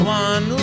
one